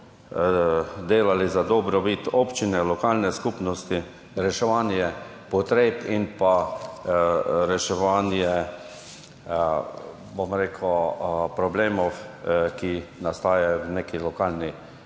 delali za dobrobit občine, lokalne skupnosti, reševanje potreb in reševanje, bom rekel, problemov, ki nastajajo na lokalnem